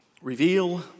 reveal